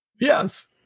Yes